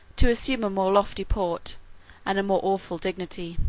to assume a more lofty port and a more awful dignity.